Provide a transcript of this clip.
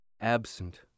absent